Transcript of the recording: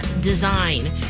design